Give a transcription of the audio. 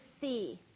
see